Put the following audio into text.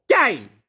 game